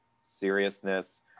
seriousness